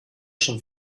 schon